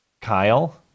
Kyle